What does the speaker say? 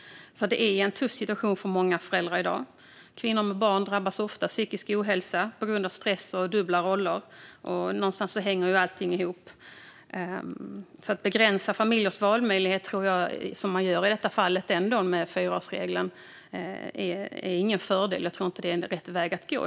Det är en tuff situation för många föräldrar i dag. Kvinnor med barn drabbas ofta av psykisk ohälsa på grund av stress och dubbla roller. Allt hänger ihop. Att begränsa familjers valmöjlighet, som man gör i detta fall med fyraårsregeln, är ingen fördel. Det är inte rätt väg att gå.